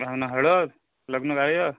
लग्न हळद लग्न